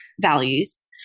values